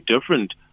different